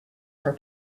for